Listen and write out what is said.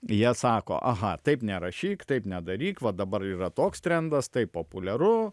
jie sako aha taip nerašyk taip nedaryk va dabar yra toks trendas tai populiaru